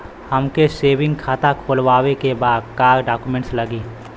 हमके सेविंग खाता खोलवावे के बा का डॉक्यूमेंट लागी?